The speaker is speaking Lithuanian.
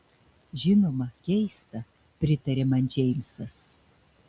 žinoma keista pritarė man džeimsas